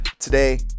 today